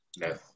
Yes